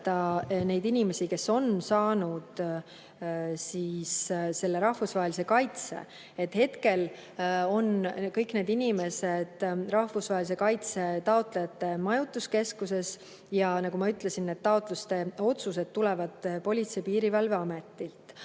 neid inimesi, kes on saanud rahvusvahelise kaitse. Hetkel on kõik need inimesed rahvusvahelise kaitse taotlejate majutuskeskuses ja nagu ma ütlesin, taotluste otsused tulevad Politsei‑ ja Piirivalveametilt.